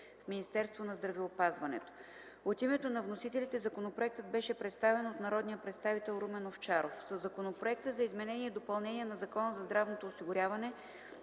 в Министерство на здравеопазването. От името на вносителите законопроектът беше представен от народния представител Румен Овчаров. Със Законопроекта за изменение и допълнение на Закона за здравното осигуряване